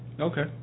Okay